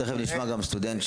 תכף נשמע סטודנט.